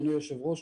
אדוני היושב-ראש,